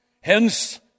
Hence